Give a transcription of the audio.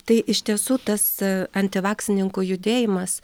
tai iš tiesų tas antivaksininkų judėjimas